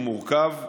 העניין הוא מורכב,